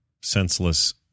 senseless